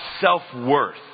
self-worth